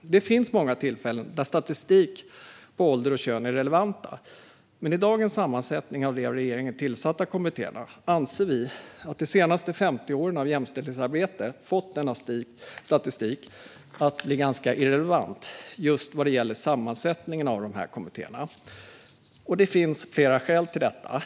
Det finns många tillfällen där statistik i fråga om ålder och kön är relevant. Men när det gäller dagens sammansättning av de av regeringen tillsatta kommittéerna anser vi att de senaste 50 åren av jämställdhetsarbete fått denna statistik att bli ganska irrelevant. Det finns flera skäl till detta.